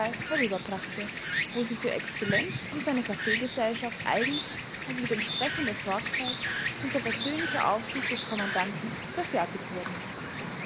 herüberbrachte wo sie für excellenz und seine kaffeegesellschaft eigens und mit entsprechender sorgfalt unter persönlicher aufsicht des kommandanten verfertigt wurden